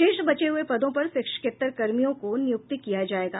शेष बचे हुए पदों पर शिक्षकेत्तर कर्मियों को नियुक्त किया जायेगा